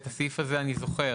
את הסעיף הזה אני זוכר,